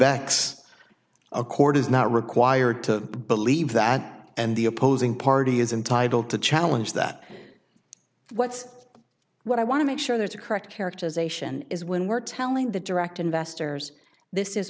backs a court is not required to believe that and the opposing party is entitled to challenge that what's what i want to make sure there's a correct characterization is when we're telling the direct investors this is